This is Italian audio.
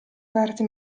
parti